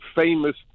famous